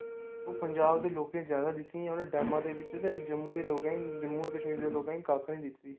पंजाब दे लोके ज्यादा दिक्खनिया उंहे डेमे दे बिच ते जम्मू दे लोकें जम्मू कशमीर दे लोके कख नेईं दित्ती